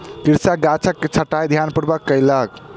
कृषक गाछक छंटाई ध्यानपूर्वक कयलक